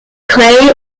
clay